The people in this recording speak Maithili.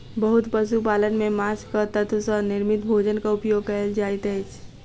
बहुत पशु पालन में माँछक तत्व सॅ निर्मित भोजनक उपयोग कयल जाइत अछि